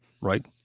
Right